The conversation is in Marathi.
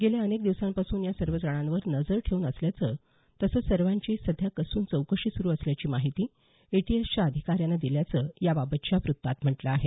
गेल्या अनेक दिवसांपासून या सर्वजणांवर नजर ठेऊन असल्याचं तसंच सर्वांची सध्या कसून चौकशी सुरू असल्याची माहिती एटीएसच्या अधिकाऱ्यानं दिल्याचं याबाबतच्या वृत्तात म्हटलं आहे